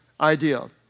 idea